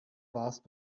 warst